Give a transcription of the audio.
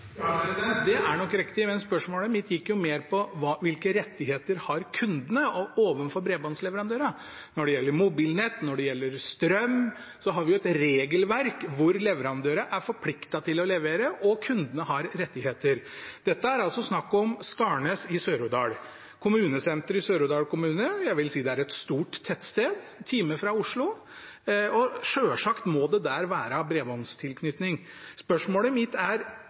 Det er nok riktig, men spørsmålet mitt gikk mer på hvilke rettigheter kundene har overfor bredbåndsleverandørene. Når det gjelder mobilnett, når det gjelder strøm, har vi jo et regelverk hvor leverandørene er forpliktet til å levere, og kundene har rettigheter. Her er det snakk om Skarnes i Sør-Odal, kommunesenteret i Sør-Odal kommune. Jeg vil si det er et stort tettsted, en time fra Oslo, og selvsagt må det der være bredbåndstilknytning. I dette tilfellet er